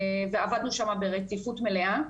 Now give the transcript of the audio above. ועבדנו שם ברציפות מלאה.